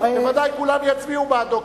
בוודאי כולם יצביעו בעדו,